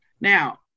Now